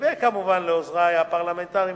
וכמובן לעוזרי הפרלמנטריים,